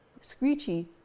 screechy